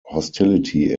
hostility